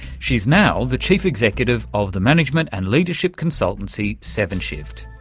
she's now the chief executive of the management and leadership consultancy sevenshift.